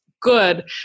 good